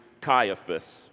Caiaphas